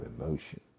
emotion